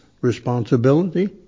responsibility